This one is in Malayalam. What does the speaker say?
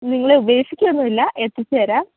നിങ്ങളെ ഉപേക്ഷിക്കുക ഒന്നുമില്ല എത്തിച്ചുതരാം